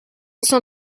cent